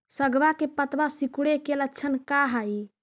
सगवा के पत्तवा सिकुड़े के लक्षण का हाई?